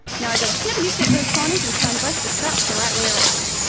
now, i gotta snippety-snip those corners and turn both the straps the right way around.